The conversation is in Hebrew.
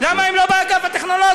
למה הם לא באגף הטכנולוגי?